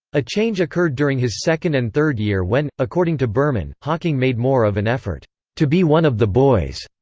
a change occurred during his second and third year when, according to berman, hawking made more of an effort to be one of the boys.